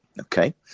Okay